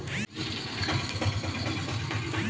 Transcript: Gold बॉण्डसाठी मले कोनचा अर्ज भरा लागन?